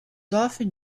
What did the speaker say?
often